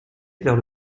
vers